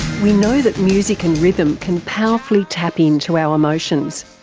we know that music and rhythm can powerfully tap in to our emotions.